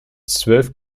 zwölf